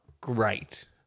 great